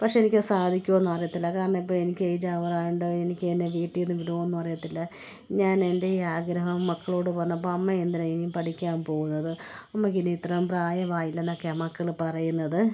പക്ഷേ എനിക്കത് സാധിക്കുമോ എന്നറിയത്തില്ല കാരണമിപ്പോൾ എനിക്ക് ഏജാവാറായതുകൊണ്ട് എനിക്ക് എന്നെ വീട്ടിൽ നിന്ന് വിടുമോയെന്നും അറിയത്തില്ല ഞാനെൻ്റെ ഈ ആഗ്രഹം മക്കളോട് പറഞ്ഞപ്പോൾ അമ്മ എന്തിനാണ് ഇനിയും പഠിക്കാൻ പോവുന്നത് അമ്മക്ക് ഇനി ഇത്രയും പ്രായമായില്ലെ എന്നൊക്കെയാണ് മക്കൾ പറയുന്നത്